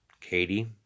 Katie